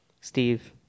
Steve